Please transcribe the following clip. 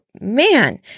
Man